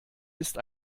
ist